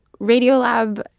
Radiolab